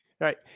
Right